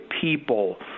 people